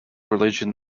religion